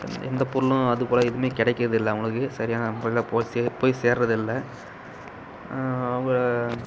எந்தப் பொருளும் அதுபோல் எதுவுமே கிடைக்கிறதில்ல அவங்களுக்கு சரியான முறையில் போய் சே போய் சேர்றதில்லை அவங்க